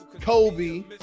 Kobe